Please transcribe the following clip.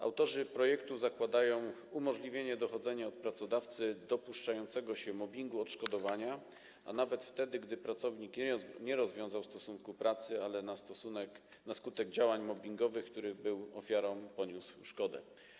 Autorzy projektu zakładają umożliwienie dochodzenia od pracodawcy dopuszczającego się mobbingu odszkodowania, nawet wtedy gdy pracownik nie rozwiązał stosunku pracy, ale na skutek działań mobbingowych, których był ofiarą, poniósł szkodę.